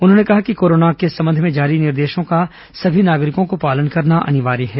उन्होंने कहा कि कोरोना के संबंध में जारी निर्देशों का सभी नागरिकों को पालन करना अनिवार्य है